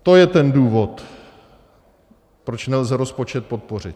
To je ten důvod, proč nelze rozpočet podpořit.